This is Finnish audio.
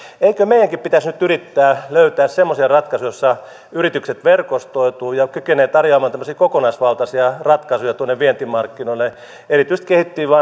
eikö meidänkin pitäisi nyt yrittää löytää semmoisia ratkaisuja joissa yritykset verkostoituvat ja kykenevät tarjoamaan kokonaisvaltaisia ratkaisuja vientimarkkinoille erityisesti